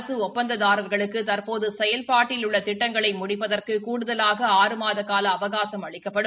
அரசு ஒப்பந்ததாரா்களுக்கு தற்போது செயல்பாட்டில் உள்ள திட்டங்களை முடிப்பதற்கு கூடுதலாக ஆறு மாத கால அவகாசம் அளிக்கப்படும்